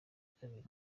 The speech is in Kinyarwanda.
kabiri